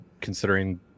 considering